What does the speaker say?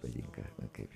patinka kaip